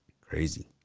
Crazy